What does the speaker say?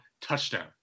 Touchdown